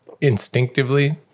instinctively